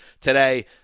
today